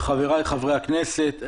חבריי חברי הכנסת,